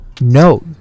no